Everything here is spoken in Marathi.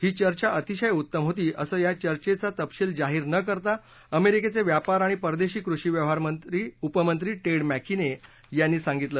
ही चर्चा अतिशय उत्तम होती असं या चर्चेचा तपशील जाहीर न करता अमेरिकेचे व्यापार आणि परदेशी कृषी व्यवहार उपमंत्री टेड मक्तिने यांनी सांगितलं